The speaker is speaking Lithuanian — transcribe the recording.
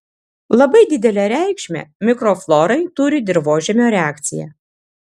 labai didelę reikšmę mikroflorai turi dirvožemio reakcija